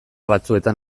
batzuetan